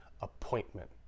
appointment